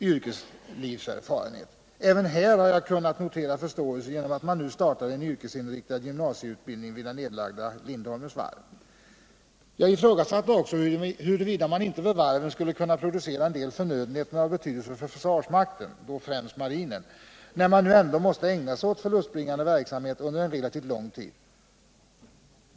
yrkeslivserfarenhet. Även här har jag kunnat notera förståelse genom att man nu startar en yrkesinriktad gymnasieutbildning vid det nedlagda Lindholmens varv. Jag ifrågasatte också huruvida man inte vid varven skulle kunna producera en del förnödenheter av betydelse för försvarsmakten — främst marinen — när man nu ändå måste ägna sig åt förlustbringande verksamhet under en relativt lång tid.